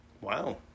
Wow